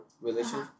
relationship